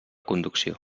conducció